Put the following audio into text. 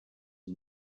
and